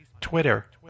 Twitter